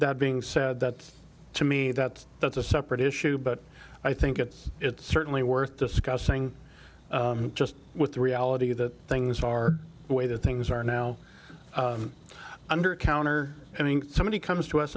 that being said that to me that that's a separate issue but i think it's it's certainly worth discussing just with the reality that things are way that things are now under counter and somebody comes to us